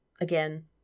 again